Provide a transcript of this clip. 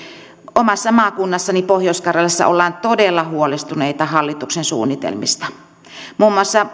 omassa maakunnassani pohjois karjalassa ollaan todella huolestuneita hallituksen suunnitelmista muun muassa